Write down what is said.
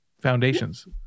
foundations